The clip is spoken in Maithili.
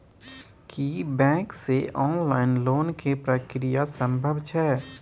की बैंक से ऑनलाइन लोन के प्रक्रिया संभव छै?